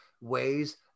ways